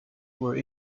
were